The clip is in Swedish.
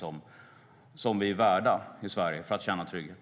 Det är vi i Sverige värda för att känna trygghet.